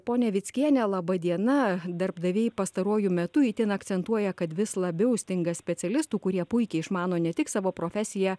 ponia vickiene laba diena darbdaviai pastaruoju metu itin akcentuoja kad vis labiau stinga specialistų kurie puikiai išmano ne tik savo profesiją